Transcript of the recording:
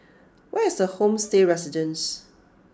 where is Homestay Residences